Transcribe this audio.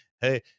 hey